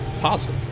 possible